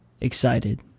excited